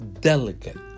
delicate